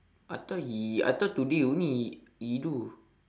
I thought he I thought today only he do